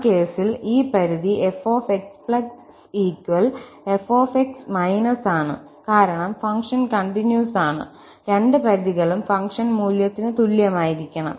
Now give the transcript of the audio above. ആ കേസിൽ ഈ പരിധി f x f x− ആണ് കാരണം ഫംഗ്ഷൻ കണ്ടിന്യൂസ് ആണ് രണ്ട് പരിധികളും ഫംഗ്ഷൻ മൂല്യത്തിന് തുല്യമായിരിക്കണം